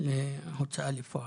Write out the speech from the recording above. להוצאה לפועל.